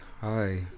hi